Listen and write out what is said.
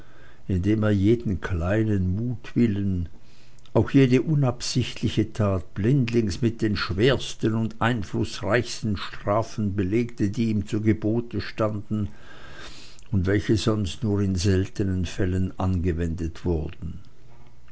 indem er jeden kleinen mutwillen auch jede unabsichtliche tat blindlings mit den schwersten und einflußreichsten strafen belegte die ihm zu gebote standen und welche sonst nur in seltenen fällen angewandt wurden